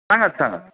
सांगात सांगात